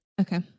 Okay